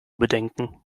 bedenken